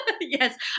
yes